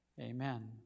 Amen